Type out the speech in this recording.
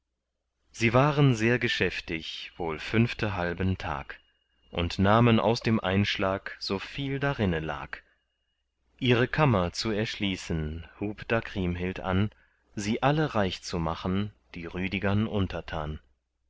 sie waren sehr geschäftig wohl fünftehalben tag und nahmen aus dem einschlag soviel darinne lag ihre kammer zu erschließen hub da kriemhild an sie alle reich zu machen die rüdigern untertan